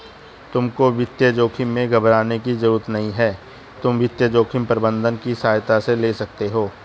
तुमको वित्तीय जोखिम से घबराने की जरूरत नहीं है, तुम वित्तीय जोखिम प्रबंधन की सहायता ले सकते हो